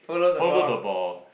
follow the ball